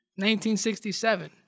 1967